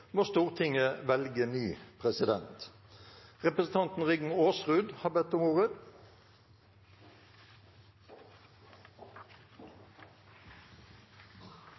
må Stortinget velge ny president. Representanten Rigmor Aasrud har bedt om ordet.